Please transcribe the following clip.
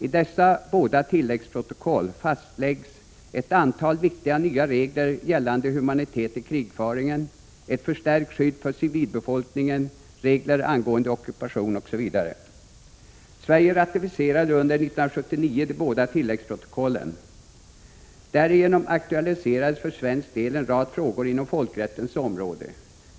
I dessa båda tilläggsprotokoll fastläggs ett antal viktiga nya regler gällande humanitet i krigföringen — ett förstärkt skydd för civilbefolkningen, regler angående ockupation osv. Sverige ratificerade under år 1979 de båda tilläggsprotokollen. Därigenom aktualiserades för svensk del en rad frågor inom folkrättens område.